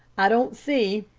i don't see,